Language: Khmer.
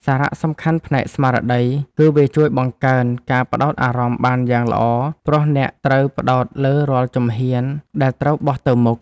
សារៈសំខាន់ផ្នែកស្មារតី គឺវាជួយបង្កើនការផ្ដោតអារម្មណ៍បានយ៉ាងល្អ ព្រោះអ្នកត្រូវផ្ដោតលើរាល់ជំហានដែលត្រូវបោះទៅមុខ។